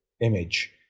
image